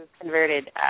converted